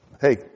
hey